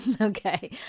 Okay